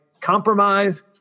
compromise